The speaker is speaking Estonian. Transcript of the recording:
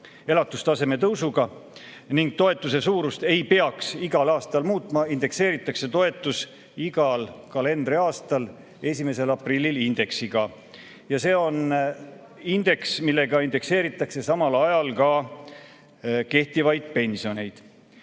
elatustaseme tõusuga ning toetuse suurust ei peaks igal aastal muutma, indekseeritakse toetus iga kalendriaasta 1. aprilliks indeksiga. See on indeks, millega indekseeritakse samal ajal ka kehtivaid pensioneid.